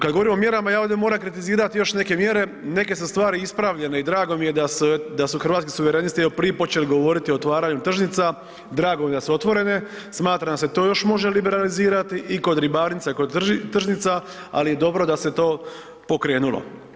Kad govorimo o mjerama ja ovdje moram kritizirati još neke mjere, neke su stvari ispravljene i drago mi je da su hrvatski suverenisti evo prije počeli govoriti o otvaranju tržnica, drago mi je da su otvorene, smatram da se to još može liberalizirati i kod ribarnica i kod tržnica, ali je dobro da se je to pokrenulo.